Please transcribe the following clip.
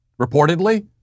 reportedly